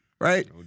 Right